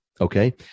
Okay